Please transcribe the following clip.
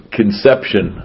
conception